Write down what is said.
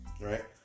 right